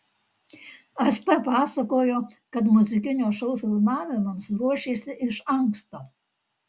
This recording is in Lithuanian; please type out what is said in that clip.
asta pasakojo kad muzikinio šou filmavimams ruošėsi iš anksto